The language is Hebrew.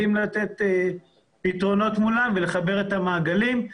יודעים לתת פתרונות מולם ולחבר את המעגלים.